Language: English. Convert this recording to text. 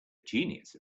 genius